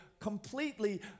completely